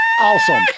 awesome